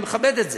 אני מכבד את זה,